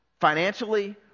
financially